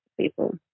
people